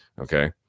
okay